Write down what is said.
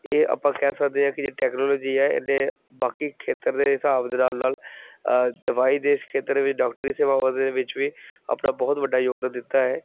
ਇਹ ਆਪਾਂ ਕਹਿ ਸਕਦੇ ਹਾਂ ਕਿ ਜੇ ਟੈਕਨੋਲੋਜੀ ਆ ਇਹਨੇ ਬਾਕੀ ਖੇਤਰ ਦੇ ਹਿਸਾਬ ਦੇ ਨਾਲ ਨਾਲ ਦਵਾਈ ਦੇ ਇਸ ਖੇਤਰ ਵਿੱਚ ਡਾਕਟਰੀ ਸੇਵਾਵਾਂ ਦੇ ਵਿੱਚ ਵੀ ਆਪਣਾ ਬਹੁਤ ਵੱਡਾ ਯੋਗਦਾਨ ਦਿੱਤਾ ਹੈ